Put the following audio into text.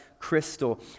crystal